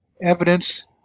evidence